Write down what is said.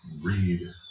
read